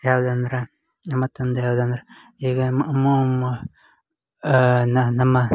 ಯಾವ್ದಂದ್ರೆ ಮತ್ತೊಂದು ಹೇಳುವುದಂದ್ರೆ ಈಗ ನಮ್ಮ